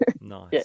Nice